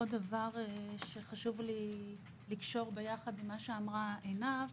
דבר נוסף שחשוב לי לקשור יחד עם מה שאמרה עינב,